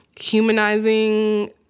humanizing